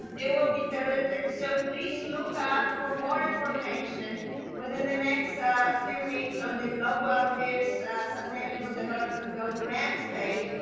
and it will be terrific so please look up for more information within the next ah few weeks on the global ah affairs sustainable development goal grants page,